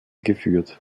geführt